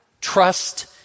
trust